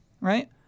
right